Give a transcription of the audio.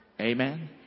Amen